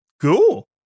cool